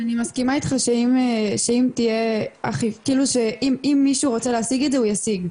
אני מסכימה איתך שאם מישהו רוצה להשיג את זה הוא ישיג.